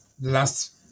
last